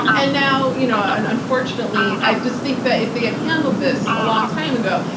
and now, you know and unfortunately, i just think that if they had handled this a long time ago,